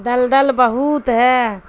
دل دل بہت ہے